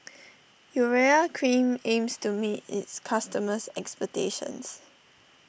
Urea Cream aims to meet its customers' expectations